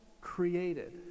created